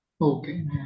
Okay